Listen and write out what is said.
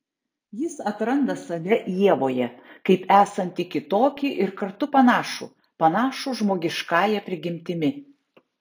jis atranda save ievoje kaip esantį kitokį ir kartu panašų panašų žmogiškąja prigimtimi